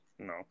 No